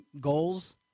goals